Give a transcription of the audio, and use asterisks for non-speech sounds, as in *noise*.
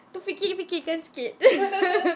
tu fikir-fikirkan sikit *laughs*